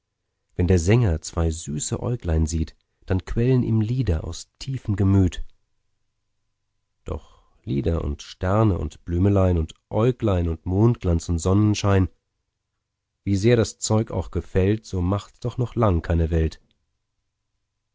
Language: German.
wenn der sänger zwei süße äuglein sieht dann quellen ihm lieder aus tiefem gemüt doch lieder und sterne und blümelein und äuglein und mondglanz und sonnenschein wie sehr das zeug auch gefällt so macht's doch noch lang keine welt